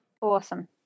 Awesome